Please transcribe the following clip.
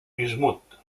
bismut